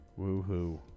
Woohoo